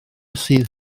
sydd